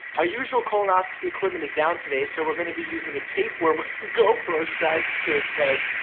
our usual colonoscopy equipment is down today, so we're gonna be using a tapeworm with a gopro strapped to it's head.